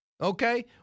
Okay